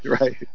Right